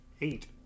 Eight